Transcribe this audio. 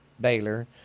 Baylor